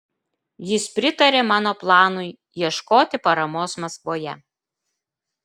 jis pritarė mano planui ieškoti paramos maskvoje